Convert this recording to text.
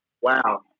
wow